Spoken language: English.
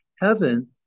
heaven